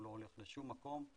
הוא לא הולך לשום מקום,